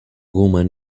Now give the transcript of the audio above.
woman